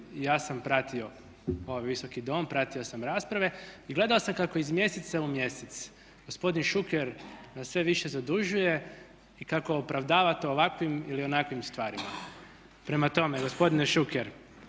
ja sam pratio ovaj visoki dom, pratio sam rasprave i gledao sam kako iz mjeseca u mjesec gospodin Šuker nas sve više zadužuje i kako opravdava to ovakvim ili onakvim stvarima. Prema tome, gospodine Šuker